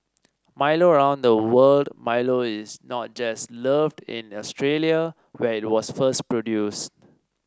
Milo around the world Milo is not just loved in Australia where it was first produced